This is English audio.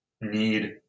need